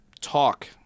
talk